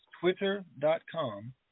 twitter.com